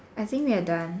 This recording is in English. I think we are done